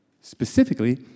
specifically